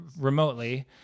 remotely